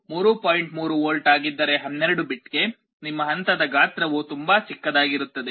3 volt ಆಗಿದ್ದರೆ 12 ಬಿಟ್ಗೆ ನಿಮ್ಮ ಹಂತದ ಗಾತ್ರವು ತುಂಬಾ ಚಿಕ್ಕದಾಗಿರುತ್ತದೆ